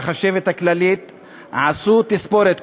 והחשבת הכללית עשו תספורת,